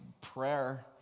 prayer